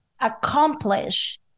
accomplish